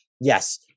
yes